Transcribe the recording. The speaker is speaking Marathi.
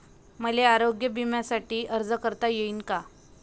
मले आरोग्य बिम्यासाठी अर्ज करता येईन का?